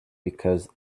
because